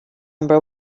number